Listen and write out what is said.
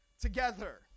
together